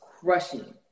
crushing